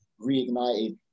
reignited